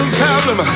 problem